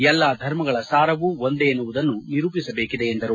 ಎಲ್ಲಾ ಧರ್ಮಗಳ ಸಾರವೂ ಒಂದೇ ಎನ್ನುವುದನ್ನು ನಿರೂಪಿಸಬೇಕಿದೆ ಎಂದರು